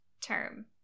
term